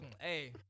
hey